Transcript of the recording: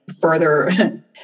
further